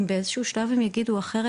אם באיזה שהוא שלב הם יגידו אחרת,